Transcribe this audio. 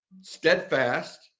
steadfast